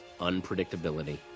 unpredictability